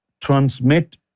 transmit